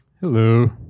Hello